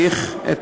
מתייחס